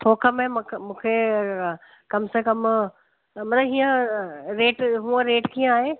थोक में मूंखे मूंखे कम से कम मतिलबु हीअं रेट हूअं रेट कीअं आहे